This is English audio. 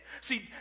See